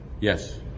Yes